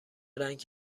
رنگ